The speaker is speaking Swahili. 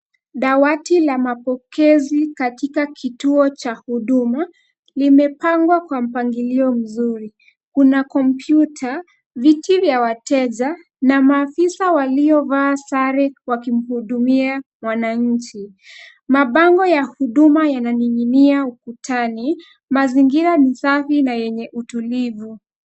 Dawati la mapokezi katika kituo cha huduma, limepangwa kwa mpangilio mzuri. Kuna kompyuta, viti vya wateja na maafisa waliovaa sare wakimhudumia mwananchi. Mabango ya huduma yananing'inia ukutani, mazingira ni safi na yenye utulivu.